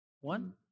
one